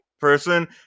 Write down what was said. person